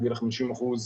להגדיל ל-50 אחוזים,